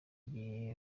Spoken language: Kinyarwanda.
igihe